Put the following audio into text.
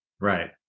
Right